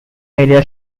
areas